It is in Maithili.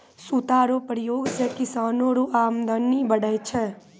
सूता रो प्रयोग से किसानो रो अमदनी बढ़ै छै